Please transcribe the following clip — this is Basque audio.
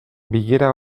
bilera